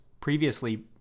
previously